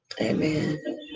Amen